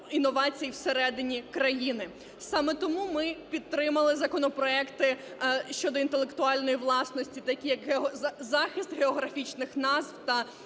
інновацій всередині країни. Саме тому ми підтримали законопроекти щодо інтелектуальної власності, такі як захист географічних назв та